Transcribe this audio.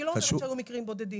אני לא אומרת שהיו מקרים בודדים,